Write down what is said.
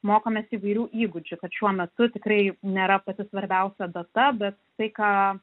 mokomės įvairių įgūdžių kad šiuo metu tikrai nėra pati svarbiausia data bet tai ką